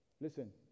Listen